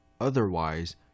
otherwise